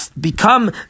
become